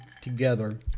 together